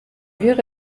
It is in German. wäre